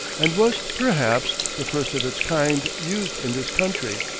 and was, perhaps, the first of its kind used in this country.